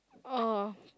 oh